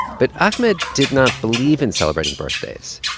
but ahmed did not believe in celebrating birthdays.